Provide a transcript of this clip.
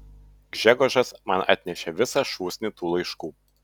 gžegožas man atnešė visą šūsnį tų laiškų